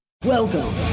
Welcome